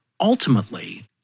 ultimately